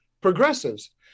progressives